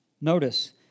Notice